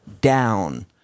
down